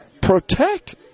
protect